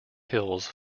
hills